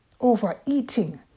Overeating